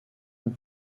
with